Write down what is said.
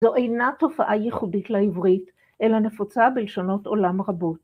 ‫זו אינה תופעה ייחודית לעברית, ‫אלא נפוצה בלשונות עולם רבות.